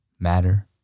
Matter